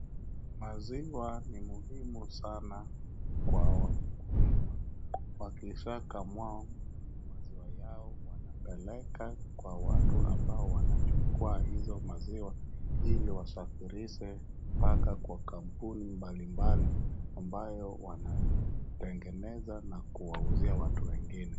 Maziwa ni muhimu sana kwa wakulima, wakishakamua maziwa yao wanapeleka kwa watu ambao wanachukua hizo mazia ili wasafirishe mpaka kwa kampuni mbalimbali ambayo wanatengeneza na kuwauzia watu wengine.